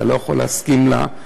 אתה יכול לא להסכים לה.